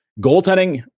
goaltending